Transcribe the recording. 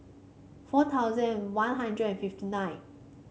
four thousand One Hundred and fifty nine